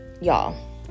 Y'all